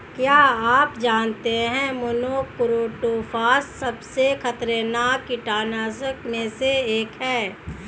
क्या आप जानते है मोनोक्रोटोफॉस सबसे खतरनाक कीटनाशक में से एक है?